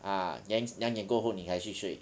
ah then 两点过后你才去睡